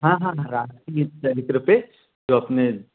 हाँ हाँ हाँ राष्ट्रीय चरित्र पर जो अपने